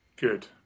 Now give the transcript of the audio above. good